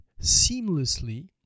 seamlessly